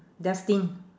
destined